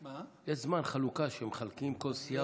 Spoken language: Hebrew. יש זמן חלוקה שמחלקים לכל סיעה,